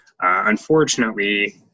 Unfortunately